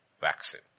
vaccine